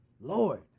Lord